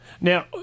Now